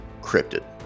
cryptid